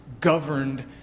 governed